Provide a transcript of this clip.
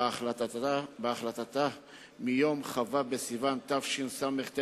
בהחלטתה מיום כ"ו בסיוון התשס"ט,